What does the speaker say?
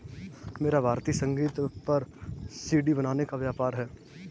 मेरा भारतीय संगीत पर सी.डी बनाने का व्यापार है